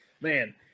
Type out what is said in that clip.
Man